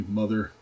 mother